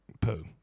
Pooh